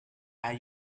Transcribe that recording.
are